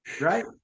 right